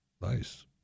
nice